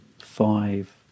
five